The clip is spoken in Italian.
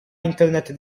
internet